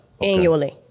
annually